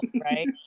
Right